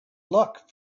luck